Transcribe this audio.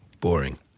boring